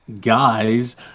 guys